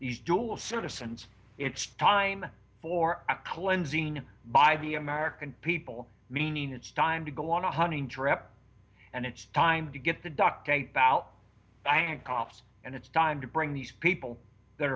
these dual citizens it's time for a cleansing by the american people meaning it's time to go on a hunting trip and it's time to get the duct tape out by and coughs and it's time to bring these people that